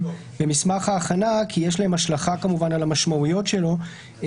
במסמך ההכנה כי יש להן השלכה כמובן על המשמעויות שלו.